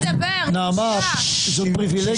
נפל.